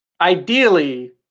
ideally